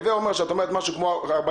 הווי אומר, שאת אומרת משהו כמו 45